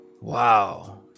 Wow